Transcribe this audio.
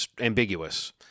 ambiguous